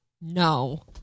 No